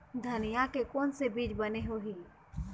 धनिया के कोन से बीज बने होही?